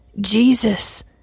Jesus